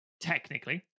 technically